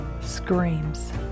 Screams